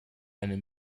eine